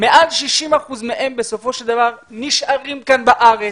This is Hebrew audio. מעל 60% מהם בסופו של דבר נשארים כאן בארץ,